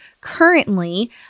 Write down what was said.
currently